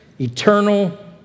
eternal